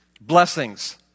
blessings